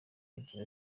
agira